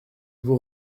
vous